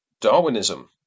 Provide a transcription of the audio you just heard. Darwinism